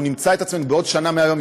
אנחנו נמצא את עצמנו בעוד שנה מהיום,